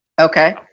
Okay